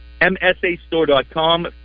MSAStore.com